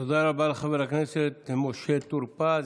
תודה רבה לחבר הכנסת משה טור פז.